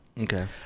okay